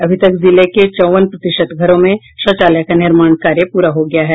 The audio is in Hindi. अभी तक जिले के चौवन प्रतिशत घरों में शौचालय का निर्माण कार्य प्रा हो गया है